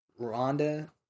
Rhonda